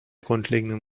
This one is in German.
grundlegenden